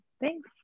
thanks